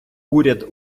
уряд